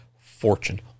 fortune